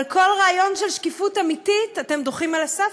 אבל כל רעיון של שקיפות אמיתית אתם דוחים על הסף,